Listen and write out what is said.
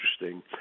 interesting